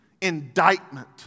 indictment